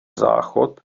záchod